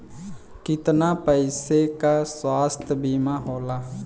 कितना पैसे का स्वास्थ्य बीमा होला?